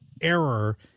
error